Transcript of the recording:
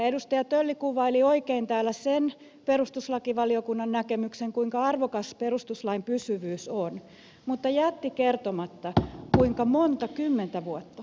edustaja tölli kuvaili oikein täällä sen perustuslakivaliokunnan näkemyksen kuinka arvokas perustuslain pysyvyys on mutta jätti kertomatta kuinka monta kymmentä vuotta